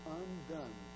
undone